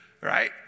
Right